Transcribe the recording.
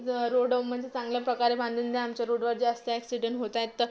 road म्हणजे चांगल्याप्रकारे बांधून द्या आमच्या रोडवर जास्त ॲक्सिडेंट होत आहेत तर